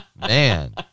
Man